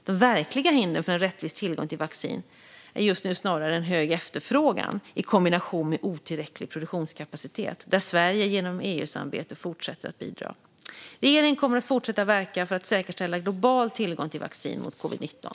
De verkliga hindren för en rättvis tillgång till vaccin är snarare en hög efterfrågan i kombination med otillräcklig produktionskapacitet, där Sverige genom EU-samarbetet fortsätter att bidra. Regeringen kommer att fortsätta verka för att säkerställa global tillgång till vaccin mot covid-19.